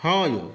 हँ यौ